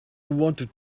wanted